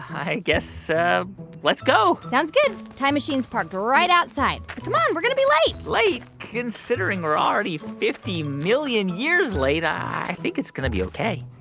i guess let's go sounds good. time machine's parked right outside. come on, we're going to be late late? considering we're already fifty million years late, i think it's going to be ok